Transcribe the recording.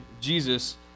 Jesus